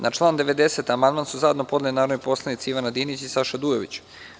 Na član 90. amandman su zajedno podneli narodni poslanici Ivana Dinić i Saša Dujović.